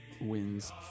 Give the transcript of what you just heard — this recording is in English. wins